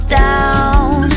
down